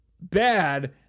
bad